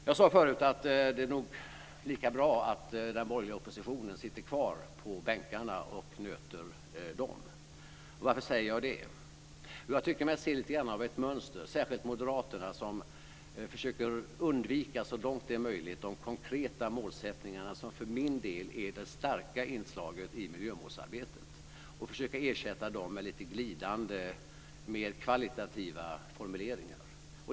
Jag sade förut att det nog är lika bra att den borgerliga oppositionen sitter kvar i bänkarna och nöter dem. Varför säger jag det? Jo, jag tycker mig se lite grann av ett mönster. Särskilt moderaterna, som försöker undvika så långt det är möjligt de konkreta målsättningarna, som för min del är det starka inslaget i miljömålsarbetet, och försöker ersätta dem med lite glidande, mer kvalitativa formuleringar.